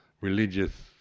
Religious